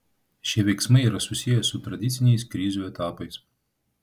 šie veiksmai yra susiję su tradiciniais krizių etapais